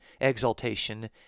exaltation